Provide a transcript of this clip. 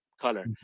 color